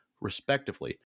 respectively